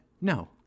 no